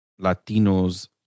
latinos